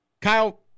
Kyle